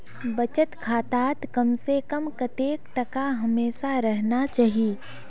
बचत खातात कम से कम कतेक टका हमेशा रहना चही?